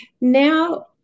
Now